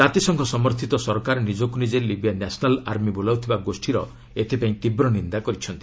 ଜାତିସଂଘ ସମର୍ଥତ ସରକାର ନିଜକ୍ତ ନିଜେ ଲିବିଆ ନ୍ୟାସନାଲ୍ ଆର୍ମି ବୋଲାଉଥିବା ଗୋଷୀର ଏଥିପାଇଁ ତୀବ୍ର ନିନ୍ଦା କରିଛନ୍ତି